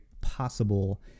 possible